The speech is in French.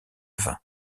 vin